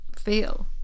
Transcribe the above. feel